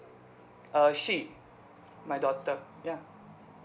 uh she my daughter ya